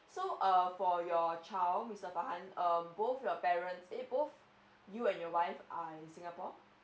so err for your child mister farhan um both your parents eh both you and your wife are in singapore